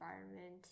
environment